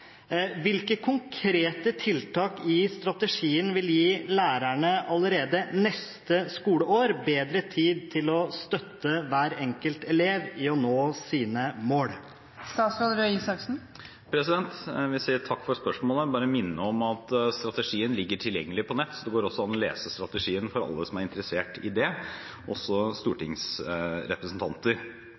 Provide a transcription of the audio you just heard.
Hvilke konkrete tiltak i strategien vil gi lærerne allerede neste skoleår bedre tid til å støtte hver enkelt elev i å nå sine mål?» Jeg vil si takk for spørsmålet og bare minne om at strategien ligger tilgjengelig på nett. Det går altså an å lese strategien for alle som er interessert i dette, også stortingsrepresentanter.